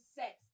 sex